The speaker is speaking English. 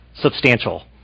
substantial